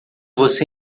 você